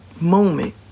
moment